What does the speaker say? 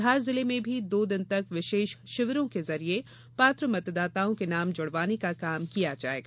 धार जिले में भी दो दिन तक विशेष शिविरों के जरिए पात्र मतदाताओं के नाम जुड़वाने का काम किया जायेगा